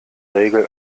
regel